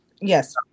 Yes